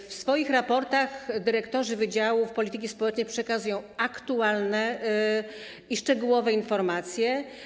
W swoich raportach dyrektorzy wydziałów polityki społecznej przekazują aktualne i szczegółowe informacje.